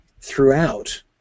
throughout